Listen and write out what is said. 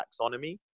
taxonomy